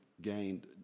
gained